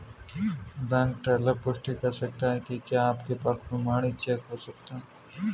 Bank teller पुष्टि कर सकता है कि क्या आपके पास प्रमाणित चेक हो सकता है?